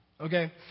Okay